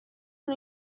non